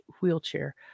wheelchair